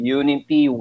unity